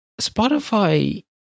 Spotify